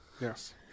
Yes